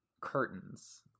Curtains